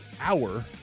hour